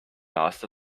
aasta